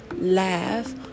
laugh